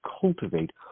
cultivate